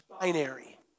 binary